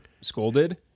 scolded